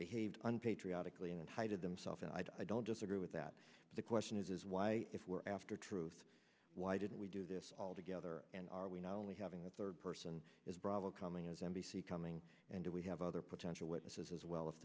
behaved unpatriotic lean and hided themselves and i don't disagree with that the question is why if we're after truth why didn't we do this all together and are we not only having a third person is bravo coming as n b c coming and we have other potential witnesses as well if